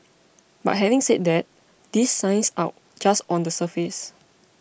but having said that these signs are just on the surface